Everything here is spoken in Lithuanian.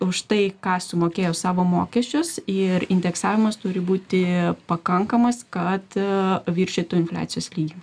už tai ką sumokėjo savo mokesčius ir indeksavimas turi būti pakankamas kad viršytų infliacijos lygį